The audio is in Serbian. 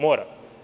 Mora.